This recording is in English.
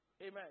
Amen